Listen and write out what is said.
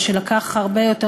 הכוללת גם לוח תיקונים,